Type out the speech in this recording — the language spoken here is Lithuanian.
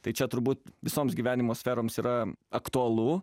tai čia turbūt visoms gyvenimo sferoms yra aktualu